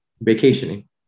vacationing